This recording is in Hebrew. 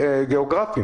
גיאוגרפיים.